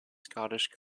scottish